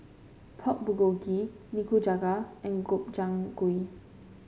Pork Bulgogi Nikujaga and Gobchang Gui